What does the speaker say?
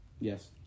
Yes